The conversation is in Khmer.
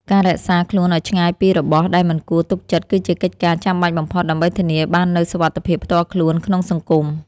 ការរក្សាខ្លួនឱ្យឆ្ងាយពីរបស់ដែលមិនគួរទុកចិត្តគឺជាកិច្ចការចាំបាច់បំផុតដើម្បីធានាបាននូវសុវត្ថិភាពផ្ទាល់ខ្លួនក្នុងសង្គម។